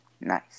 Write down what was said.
Nice